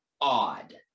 odd